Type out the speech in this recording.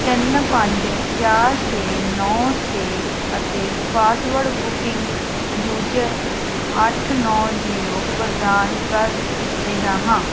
ਤਿੰਨ ਪੰਜ ਚਾਰ ਛੇ ਨੌਂ ਛੇ ਅਤੇ ਪਾਸਵਰਡ ਬੁਕਿੰਗ ਯੂਜਰ ਅੱਠ ਨੌਂ ਜ਼ੀਰੋ ਪ੍ਰਦਾਨ ਕਰ ਰਿਹਾ ਹਾਂ